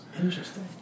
Interesting